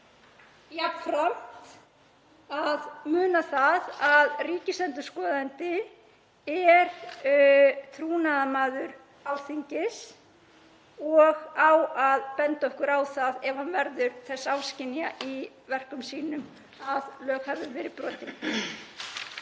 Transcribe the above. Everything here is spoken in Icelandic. jafnframt að muna það að ríkisendurskoðandi er trúnaðarmaður Alþingis og á að benda okkur á það ef hann verður þess áskynja í verkum sínum að lög hafi verið brotin.